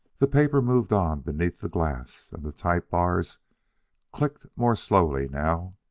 the paper moved on beneath the glass, and the type-bars clicked more slowly now.